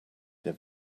der